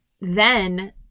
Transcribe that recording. Then-